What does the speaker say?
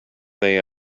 they